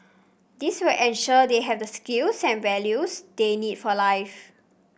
this will ensure they have the skills and values they need for life